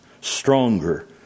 stronger